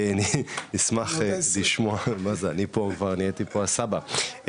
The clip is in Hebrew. אני נהייתי פה הסבא.